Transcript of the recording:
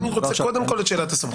אני רוצה קודם כול את שאלת הסמכות.